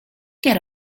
get